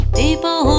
people